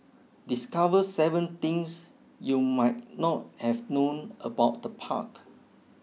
discover seven things you might not have known about the park